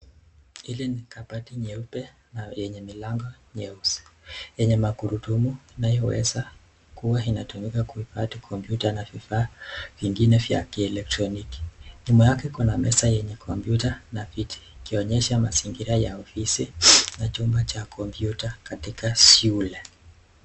Hili ni kabati nyeupe yenye milango nyeusi, yenye magurudumu inayoweza kua inatumika kuhifadhi kompuyuta na vifaa vingine vya elektroniki. Nyuma yake kuna meza yenye kompyuta na viti kunyesha mazingira yenye viti na chumba ya kompyuta katika shule.